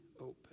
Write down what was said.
open